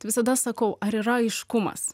visada sakau ar yra aiškumas